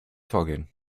vorgehen